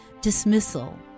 dismissal